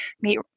meet